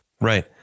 Right